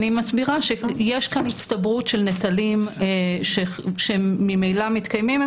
אני מסבירה שיש כאן הצטברות של נטלים שהם ממילא מתקיימים.